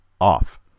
off